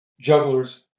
jugglers